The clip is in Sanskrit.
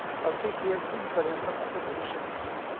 भवति कियत् दिनपर्यन्तं अत्र भविष्यति इति